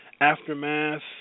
aftermath